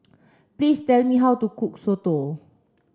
please tell me how to cook Soto